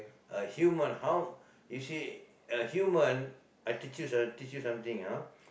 a human how you see a human I teach you some~ I teach you something ah